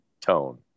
tone